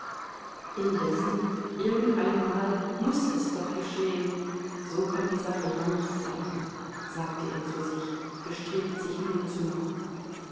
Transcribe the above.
indessen irgendeinmal muß es doch geschehen so kann die sache ja nicht bleiben sagte er zu sich bestrebt sich mut zu machen